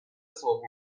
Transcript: سوق